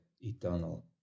eternal